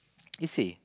you see